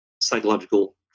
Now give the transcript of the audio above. psychological